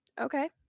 Okay